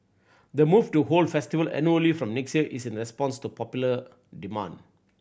the move to hold the festival annually from next year is in response to popular demand